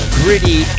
gritty